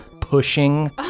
pushing